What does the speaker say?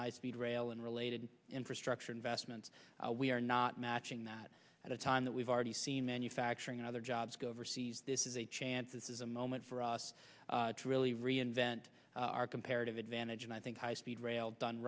high speed rail and related infrastructure investments we are not matching that at a time that we've already seen manufacturing in other jobs go overseas this is a chance this is a moment for us to really reinvent our comparative advantage and i think high speed rail done